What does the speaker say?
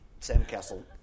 sandcastle